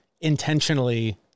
intentionally